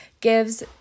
gives